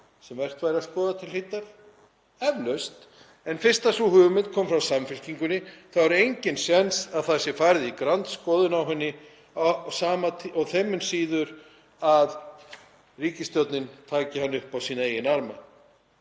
sem vert væri að skoða til hlítar? Eflaust. En fyrst sú hugmynd kom frá Samfylkingunni þá er enginn séns að það sé farið í grandskoðun á henni og þeim mun síður að ríkisstjórnin taki hana upp á sína eigin arma.